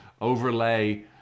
overlay